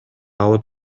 алып